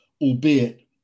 albeit